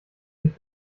sich